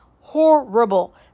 Horrible